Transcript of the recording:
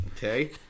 Okay